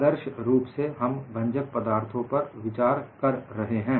आदर्श रूप से हम भंजक पदार्थों पर विचार कर रहे हैं